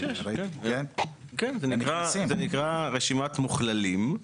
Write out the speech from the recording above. יש, יש, כן, זאת נקראת רשימת מוכללים.